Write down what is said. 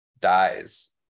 dies